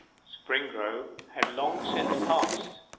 springrove had long since passed